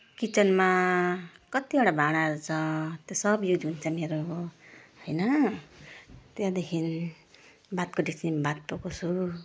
किचनमा कतिवटा भाँडाहरू छ त्यो सब युज हुन्छ मेरो होइन त्यहाँदेखि भातको डेक्चीमा भात पकाउँछु